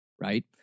right